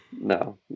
No